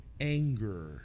anger